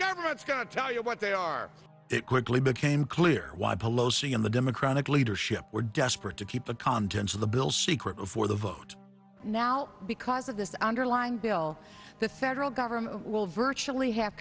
government's going to tell you what they are it quickly became clear why palosi in the democratic leadership were desperate to keep the contents of the bill secret before the vote now because of this underlying bill the federal government will virtually have